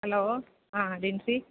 hello ആ ജിൻസി